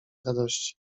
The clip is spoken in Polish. radości